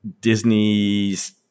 Disney's